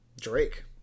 Drake